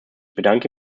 bedanke